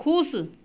खुश